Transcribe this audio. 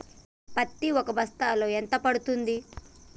పత్తి ఒక బస్తాలో ఎంత పడ్తుంది?